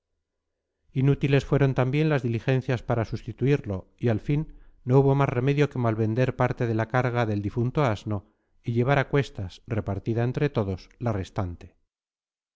inútiles fueron también las diligencias para sustituirlo y al fin no hubo más remedio que malvender parte de la carga del difunto asno y llevar a cuestas repartida entre todos la restante